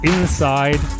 Inside